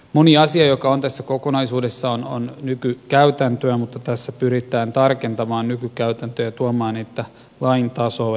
moni asia joka on tässä kokonaisuudessa on nykykäytäntöä mutta tässä pyritään tarkentamaan nykykäytäntöjä ja tuomaan niitä lain tasolle